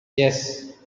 yes